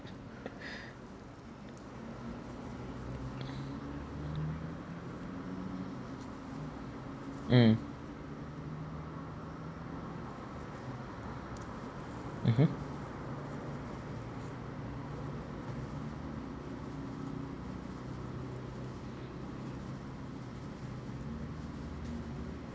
mm mmhmm